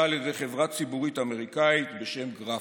על ידי חברה ציבורית אמריקאית בשם גרפטק.